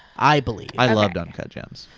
i believe. i loved uncut gems.